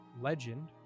legend